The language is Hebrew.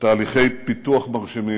תהליכי פיתוח מרשימים.